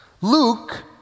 Luke